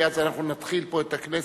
כי אז אנחנו נתחיל פה את הכנסת.